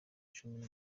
cumi